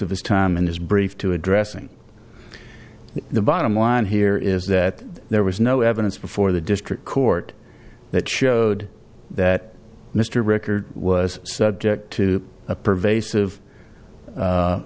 of his time in his brief to addressing the bottom line here is that there was no evidence before the district court that showed that mr record was subject to a pervasive